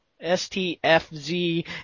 S-T-F-Z